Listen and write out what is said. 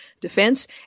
Defense